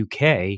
UK